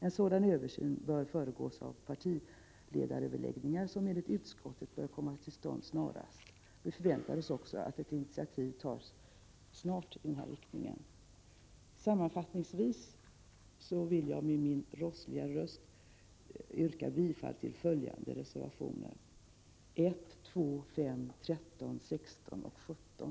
En sådan översyn bör föregås av partiledaröverläggningar, som enligt utskottet snarast bör äga rum. Vi förväntar oss också att ett initiativ i denna riktning tas snarast. Herr talman! Jag vill med min rossliga röst sammanfattningsvis yrka bifall till reservationerna 2, 3, 4, 7, 10 och 11.